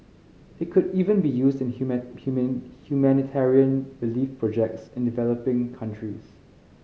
it could even be used in human human humanitarian relief projects in developing countries